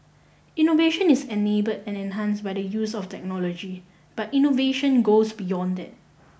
innovation is enabled and enhanced by the use of technology but innovation goes beyond that